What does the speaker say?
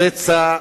הפצע,